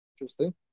Interesting